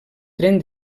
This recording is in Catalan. tren